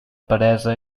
peresa